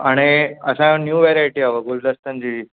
हाणे असांजो नयूं वैरायटी आहियो आहे गुलदस्तनि जी